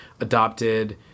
adopted